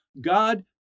god